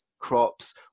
crops